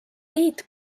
liit